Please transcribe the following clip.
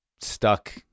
stuck